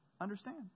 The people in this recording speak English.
Understand